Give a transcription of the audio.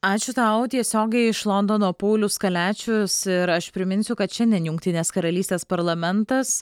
ačiū tau tiesiogiai iš londono paulius kaliačius ir aš priminsiu kad šiandien jungtinės karalystės parlamentas